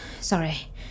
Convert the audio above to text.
Sorry